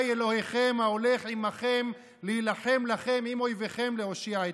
אלוקיכם ההולך עמכם להילחם לכם עם אויביכם להושיע אתכם'".